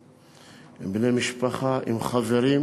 גם אפשר לעזור ולהציל חיים,